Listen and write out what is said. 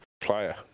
player